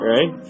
Right